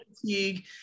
fatigue